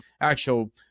actual